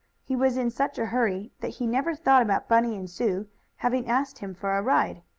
he was in such a hurry that he never thought about bunny and sue's having asked him for a ride.